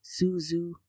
Suzu